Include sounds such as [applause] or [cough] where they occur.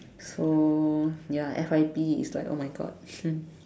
so ya F_Y_P is like oh my god [laughs]